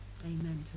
Amen